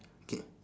K